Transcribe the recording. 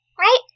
Right